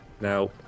Now